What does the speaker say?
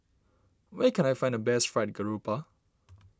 where can I find the best Fried Garoupa